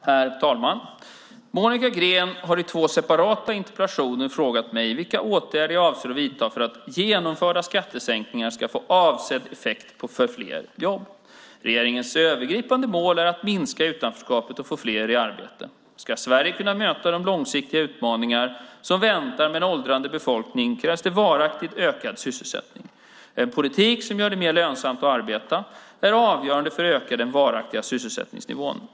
Herr talman! Monica Green har i två separata interpellationer frågat mig vilka åtgärder jag avser att vidta för att genomförda skattesänkningar ska få avsedd effekt för fler jobb. Regeringens övergripande mål är att minska utanförskapet och få fler i arbete. Ska Sverige kunna möta de långsiktiga utmaningar som väntar med en åldrande befolkning krävs det varaktigt ökad sysselsättning. En politik som gör det mer lönsamt att arbeta är avgörande för att öka den varaktiga sysselsättningsnivån.